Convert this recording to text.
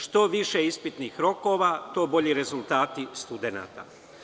Što više ispitnih rokova, to bolji rezultati studenata.